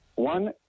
One